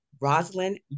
Rosalind